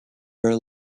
her